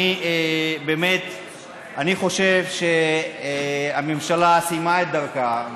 אני חושב שהממשלה סיימה את דרכה,